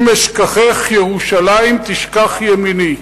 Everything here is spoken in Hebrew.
אם אשכחך ירושלים תשכח ימיני.